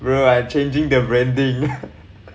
bro I'm changing the branding